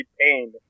pain